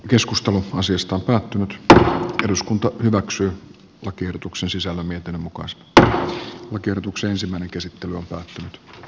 keskustelu asiasta mutta eduskunta hyväksyi lakiehdotuksen sisällön mietinnön mukaan spr väkertukseen ay liikkeeltä toivon voimatoimia